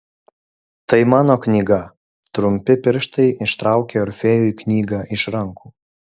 tai mano knyga trumpi pirštai ištraukė orfėjui knygą iš rankų